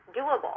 doable